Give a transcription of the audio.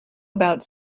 about